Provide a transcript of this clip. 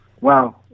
Wow